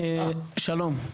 שלום.